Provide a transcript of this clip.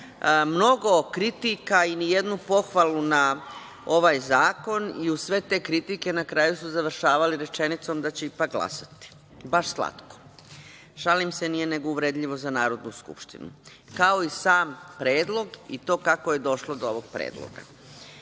Mnogo kritika i ni jednu pohvalu na ovaj zakon i uz sve te kritike na kraju su završavali rečenicom da će ipak glasati. Baš slatko. Šalim se, nije, nego je uvredljivo za Narodnu skupštinu, kao i sam predlog i to kako je došlo do ovog predloga.U